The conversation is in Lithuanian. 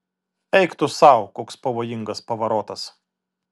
eik tu sau koks pavojingas pavarotas